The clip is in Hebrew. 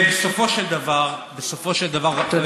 ובסופו של דבר, בסופו של דבר, תודה.